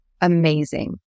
amazing